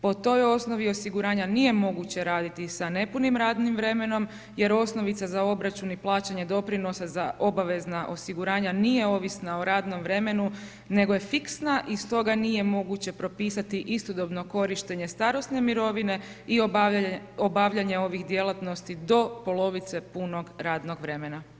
Po toj osnovi osiguranja nije moguće raditi sa nepunim radnim vremenom jer osnovica za obračun i plaćanje doprinosa za obvezna osiguranja nije ovisna o radnom vremenu nego je fiksna i stoga nije moguće propisati istodobno korištenje starosne mirovine i obavljanje ovih djelatnosti do polovice punog radnog vremena.